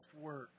work